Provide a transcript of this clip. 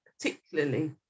particularly